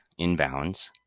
inbounds